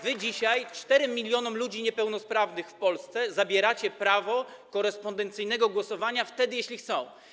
Wy dzisiaj 4 mln ludzi niepełnosprawnych w Polsce zabieracie prawo korespondencyjnego głosowania, wtedy kiedy tego chcą.